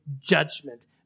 judgment